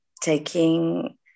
taking